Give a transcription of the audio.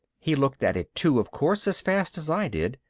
he looked at it too, of course, as fast as i did.